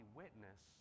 witness